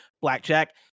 Blackjack